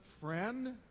Friend